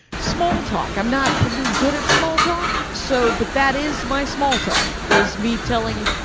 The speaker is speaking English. small talk. i'm not particularly good at small talk, so but that is my small talk, is me telling,